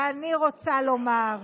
ואני רוצה לומר: